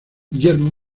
guillermo